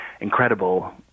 incredible